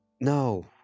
No